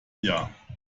jahr